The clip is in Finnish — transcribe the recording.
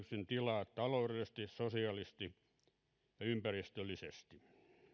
tilaa taloudellisesti sosiaalisesti ja ympäristöllisesti